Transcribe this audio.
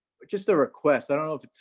just a request, i don't know